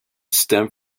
stem